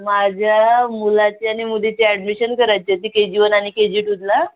माझ्या मुलाची आणि मुलीची ॲडमिशन करायची होती के जी वन आणि के जी टूला